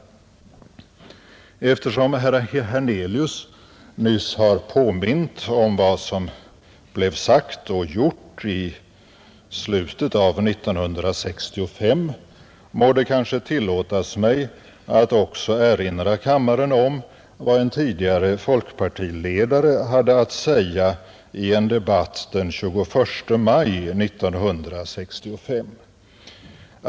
Eftersom herr Hernelius nyss har påmint om vad som blev sagt och gjort i slutet av 1965, må det kanske tillåtas mig att också erinra kammaren om vad en tidigare folkpartiledare hade att säga i en debatt den 21 maj 1965.